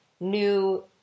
new